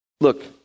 look